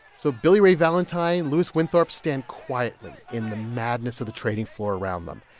so, billy ray valentine, louis winthorpe stand quietly in the madness of the trading floor around them.